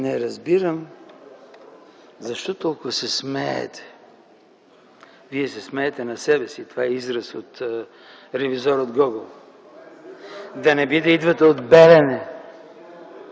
Не разбирам защо толкова се смеете. Вие се смеете на себе си. Това е израз от „Ревизор” от Гогол. Да не би да идвате от Белене?